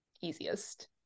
easiest